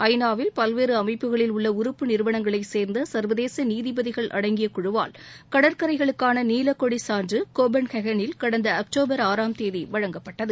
ஐ நா வில் பல்வேறு அமைப்புகளில் உள்ள உறுப்பு நிறுவனங்களை சேர்ந்த சர்வதேச நீதிபதிகள் அடங்கிய குழுவால் கடற்கரைகளுக்கான நீல கொடி சான்று கோபன்ஹெகளில் கடந்த அக்டோபர் ஆறாம் தேதி வழங்கப்பட்டது